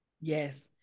Yes